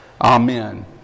Amen